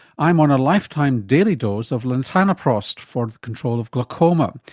i am on a lifetime daily dose of latanoprost for the control of glaucoma.